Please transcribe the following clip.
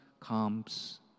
comes